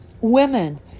Women